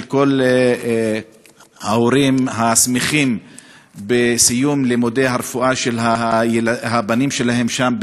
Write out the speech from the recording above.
של כל ההורים השמחים בסיום לימודי הרפואה של הבנים שלהם שם,